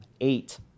eight